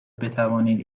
بتوانید